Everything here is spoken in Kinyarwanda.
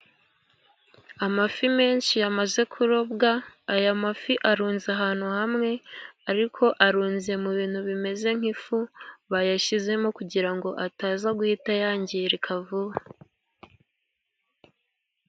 Amafi menshi yamaze kurobwa, aya mafi arunze ahantu hamwe ariko arunze mu bintu bimeze nk'ifu, bayashyizemo kugira ngo ataza guhita yangirika vuba.